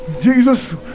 Jesus